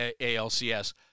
ALCS